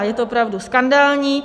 Je to opravdu skandální.